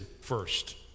first